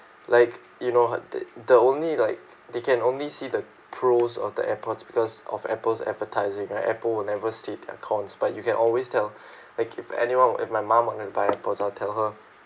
like you know the the only like they can only see the pros of the airpods because of Apple's advertising and Apple will never state their cons but you can always tell like if anyone if my mom wanted buy Apple I'll tell her